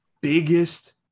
biggest